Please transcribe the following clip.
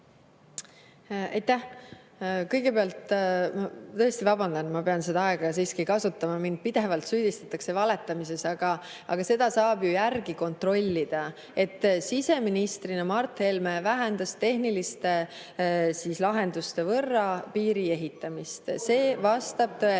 Aitäh! Kõigepealt ma tõesti vabandan, aga ma pean seda aega siiski kasutama, kuna mind pidevalt süüdistatakse valetamises. Aga seda saab ju järele kontrollida, et siseministrina Mart Helme vähendas tehniliste lahenduste võrra piiri ehitamist. See vastab tõele.